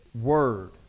word